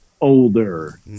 older